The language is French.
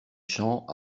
champs